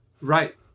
Right